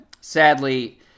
sadly